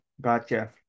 Gotcha